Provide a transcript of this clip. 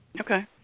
Okay